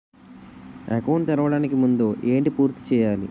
Account తెరవడానికి ముందు ఏంటి పూర్తి చేయాలి?